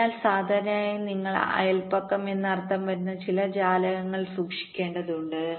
അതിനാൽ സാധാരണയായി നിങ്ങൾ അയൽപക്കംഎന്നർത്ഥം വരുന്ന ചില ജാലകങ്ങൾ സൂക്ഷിക്കേണ്ടതുണ്ട്